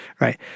right